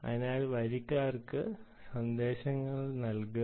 അതിനാൽ വരിക്കാർക്ക് സന്ദേശങ്ങൾ നൽകുക